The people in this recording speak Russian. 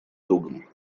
другом